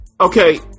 Okay